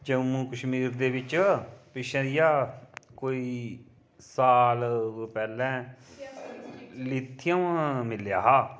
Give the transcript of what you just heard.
जम्मू कशमीर दे बिच पिच्छें जेहा कोई साल पैह्लें लिथियम मिलेआ हा